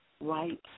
right